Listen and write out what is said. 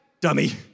Dummy